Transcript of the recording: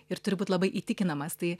ir turi būt labai įtikinamas tai